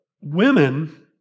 women